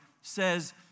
says